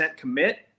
commit